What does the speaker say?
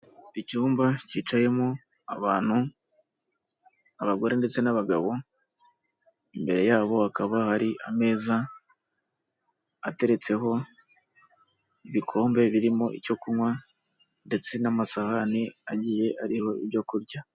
Icyumba cyicayemo abantu, abagore ndetse n'abagabo, imbere yabo hakaba hari ameza ateretseho ibikombe birimo icyo kunywa ndetse n'amasahani agiye ariho ibyo kurya.